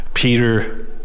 Peter